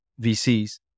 VCs